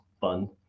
fun